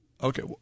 okay